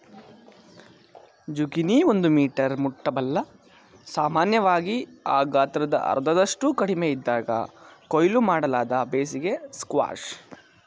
zucchini ಒಂದು metre ಮುಟ್ಟಬಲ್ಲ ಸಾಮಾನ್ಯವಾಗಿ ಆ ಗಾತ್ರದ ಅರ್ಧದಷ್ಟು ಕಡಿಮೆಯಿದ್ದಾಗ ಕೊಯ್ಲು ಮಾಡಲಾದ ಬೇಸಿಗೆ ಸ್ಕ್ವಾಷ್